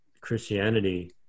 Christianity